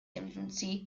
infancy